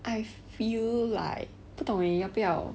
I feel like 不懂 eh 要不要